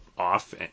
off